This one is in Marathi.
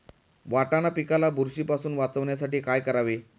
वाटाणा पिकाला बुरशीपासून वाचवण्यासाठी काय करावे?